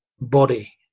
body